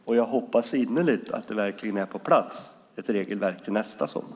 Och jag hoppas innerligt att det verkligen är ett regelverk på plats nästa sommar.